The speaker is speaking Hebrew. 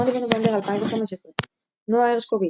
8 בנובמבר 2015 נועה הרשקוביץ,